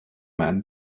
man